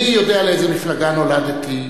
אני יודע לאיזו מפלגה נולדתי,